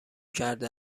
کرده